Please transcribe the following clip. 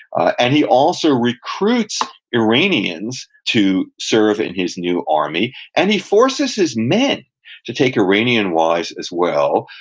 ah and he also recruits iranians to serve in his new army, and he forces his men to take iranian wives as well,